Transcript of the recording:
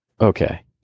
Okay